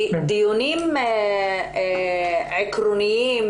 דיונים עקרוניים,